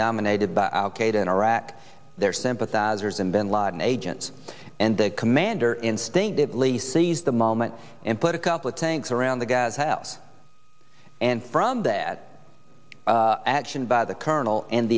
dominated by al qaeda in iraq their sympathizers and bin laden agent and the commander instinctively seized the moment and put a couple of tanks around the guy's house and from that action by the colonel and